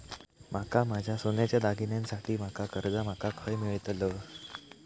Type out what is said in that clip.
माका माझ्या सोन्याच्या दागिन्यांसाठी माका कर्जा माका खय मेळतल?